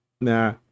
Nah